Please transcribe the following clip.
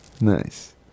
Nice